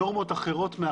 נורמות אחרות.